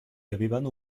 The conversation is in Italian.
avevano